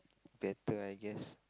better I guess